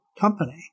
company